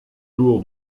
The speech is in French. tour